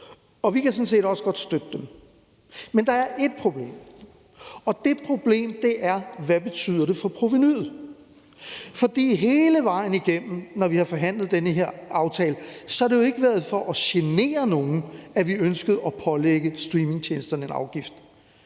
og vi kan sådan set også godt støtte dem. Men der er ét problem, og det problem er: Hvad betyder det for provenuet? For hele vejen igennem, når vi har forhandlet den her aftale, har det jo ikke været for at genere nogen, at vi ønskede at pålægge streamingtjenesterne en afgift.